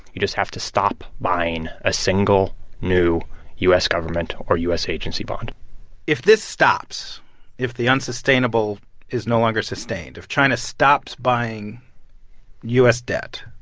you just have to stop buying a single new u s. government or u s. agency bond if this stops if the unsustainable is no longer sustained, if china stops buying u s. debt